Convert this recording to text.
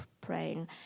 praying